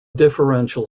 differential